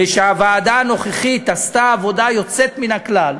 ושהוועדה הנוכחית עשתה עבודה יוצאת מן הכלל,